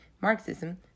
Marxism